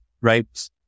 right